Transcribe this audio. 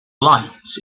lights